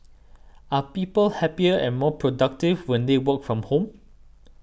are people happier and more productive when they work from home